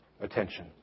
attention